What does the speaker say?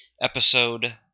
episode